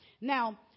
Now